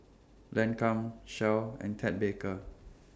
Lancome Shell and Ted Baker